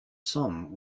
somme